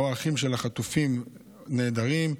אחים של החטופים או הנעדרים,